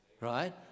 right